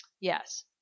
Yes